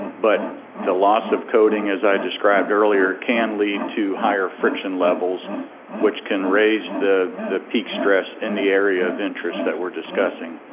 but the loss of coating, as i described earlier, can lead to higher friction levels which can raise the the peak stress in the area of interest that we're discussing.